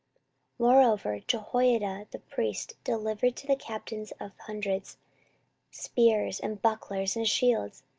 moreover jehoiada the priest delivered to the captains of hundreds spears, and bucklers, and shields,